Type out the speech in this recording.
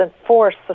enforce